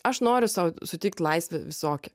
aš noriu sau suteikt laisvę visokią